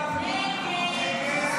ההצעה